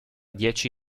dieci